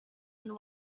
and